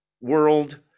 world